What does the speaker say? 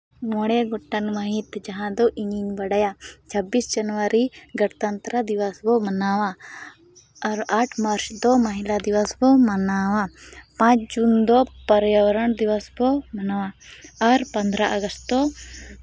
ᱢᱚᱬᱮ ᱜᱚᱴᱟᱱ ᱢᱟᱹᱦᱤᱛ ᱡᱟᱦᱟᱸ ᱫᱚ ᱤᱧᱤᱧ ᱵᱟᱰᱟᱭᱟ ᱪᱷᱟᱹᱵᱵᱤᱥ ᱡᱟᱹᱱᱩᱣᱟᱹᱨᱤ ᱜᱚᱱᱚᱛᱚᱱᱛᱨᱚ ᱫᱤᱵᱚᱥ ᱵᱚ ᱢᱟᱱᱟᱣᱟ ᱟᱨ ᱟᱴ ᱢᱟᱨᱪ ᱫᱚ ᱢᱚᱦᱤᱞᱟ ᱫᱤᱵᱚᱥ ᱠᱚ ᱢᱟᱱᱟᱣᱟ ᱯᱟᱸᱪ ᱡᱩᱱ ᱫᱚ ᱯᱚᱨᱭᱟᱵᱚᱨᱚᱱ ᱫᱤᱵᱚᱥ ᱠᱚ ᱢᱟᱱᱟᱣᱟ ᱟᱨ ᱯᱚᱱᱫᱨᱚ ᱟᱜᱚᱥᱴ ᱫᱚ